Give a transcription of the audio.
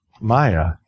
Maya